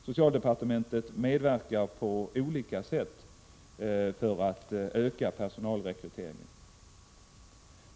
Socialdepartementet medverkar på olika sätt till att öka personalrekryteringen.